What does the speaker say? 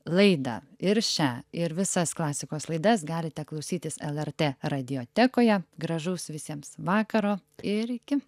laidą ir šią ir visas klasikos laidas galite klausytis lrt radiotekoje gražaus visiems vakaro ir iki